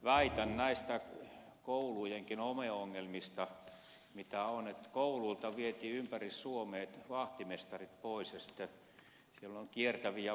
väitän näistä koulujenkin homeongelmista mitä on että kouluilta vietiin ympäri suomen vahtimestarit pois ja sitten siellä on kiertäviä vahtimestareita